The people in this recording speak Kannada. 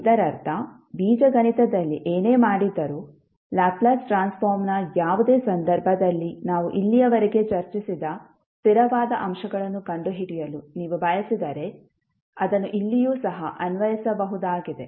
ಇದರರ್ಥ ಬೀಜಗಣಿತದಲ್ಲಿ ಏನೇ ಮಾಡಿದ್ದರೂ ಲ್ಯಾಪ್ಲೇಸ್ ಟ್ರಾನ್ಸ್ಫಾರ್ಮ್ನ ಯಾವುದೇ ಸಂದರ್ಭದಲ್ಲಿ ನಾವು ಇಲ್ಲಿಯವರೆಗೆ ಚರ್ಚಿಸಿದ ಸ್ಥಿರವಾದ ಅಂಶಗಳನ್ನು ಕಂಡುಹಿಡಿಯಲು ನೀವು ಬಯಸಿದರೆ ಅದನ್ನು ಇಲ್ಲಿಯೂ ಸಹ ಅನ್ವಯಿಸಬಹುದಾಗಿದೆ